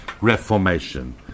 reformation